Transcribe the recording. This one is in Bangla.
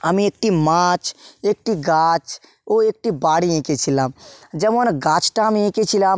আমি একটি মাছ একটি গাছ ও একটি বাড়ি এঁকেছিলাম যেমন গাছটা আমি এঁকেছিলাম